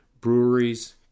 Breweries